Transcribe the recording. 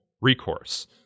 recourse